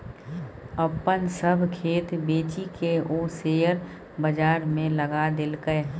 अपन सभ खेत बेचिकए ओ शेयर बजारमे लगा देलकै